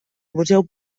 museu